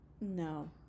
no